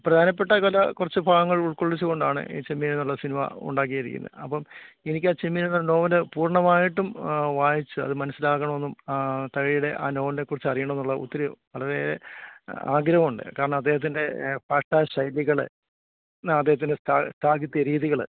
പ്രധാനപ്പെട്ട ചില കുറച്ച് ഭാഗങ്ങളുൾക്കൊള്ളിച്ചുകൊണ്ടാണ് ഈ ചെമ്മീൻ എന്നുള്ള സിനിമ ഉണ്ടാക്കിയിരിക്കുന്നേ അപ്പോള് എനിക്കാ ചെമ്മീൻ എന്ന നോവല് പൂർണമായിട്ടും വായിച്ച് അത് മനസ്സിലാക്കണമെന്നും തകഴിയുടെ ആ നോവലിനെക്കുറിച്ച് അറിയണമെന്നുള്ള ഒത്തിരി വളരെ ആഗ്രഹമുണ്ട് കാരണം അദ്ദേഹത്തിൻ്റെ ഭാഷാ ശൈലികള് അദ്ദേഹത്തിൻ്റെ സാ സാഹിത്യ രീതികള്